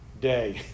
day